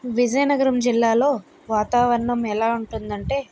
విజయనగరం జిల్లాలో వాతావరణం ఎలా ఉంటుందంటే